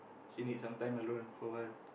he need sometimes alone for awhile